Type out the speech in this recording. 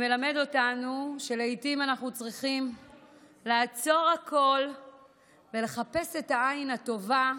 והוא מלמד אותנו שלעיתים אנחנו צריכים לעצור הכול ולחפש את העין הטובה,